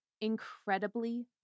incredibly